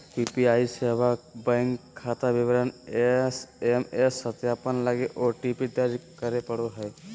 UPI सेवा bank खाता विवरण एस.एम.एस सत्यापन लगी ओ.टी.पी दर्ज करे पड़ो हइ